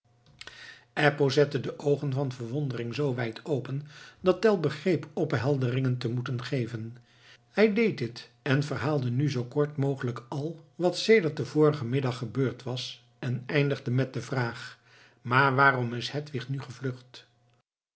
eppo zette de oogen van verwondering zoo wijd open dat tell begreep ophelderingen te moeten geven hij deed dit en verhaalde nu zoo kort mogelijk al wat sedert den vorigen middag gebeurd was en eindigde met de vraag maar waarom is hedwig nu gevlucht